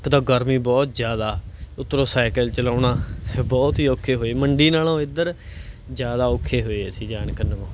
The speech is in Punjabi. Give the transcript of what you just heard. ਇੱਕ ਤਾਂ ਗਰਮੀ ਬਹੁਤ ਜ਼ਿਆਦਾ ਉਤੋਂ ਸਾਈਕਲ ਚਲਾਉਣਾ ਬਹੁਤ ਹੀ ਔਖੇ ਹੋਏ ਮੰਡੀ ਨਾਲੋਂ ਇੱਧਰ ਜ਼ਿਆਦਾ ਔਖੇ ਹੋਏ ਅਸੀਂ ਜਾਣ